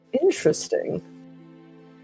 interesting